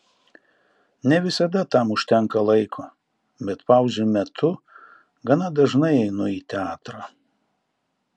ne visada tam užtenka laiko bet pauzių metu gana dažnai einu į teatrą